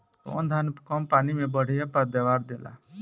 कौन धान कम पानी में बढ़या पैदावार देला?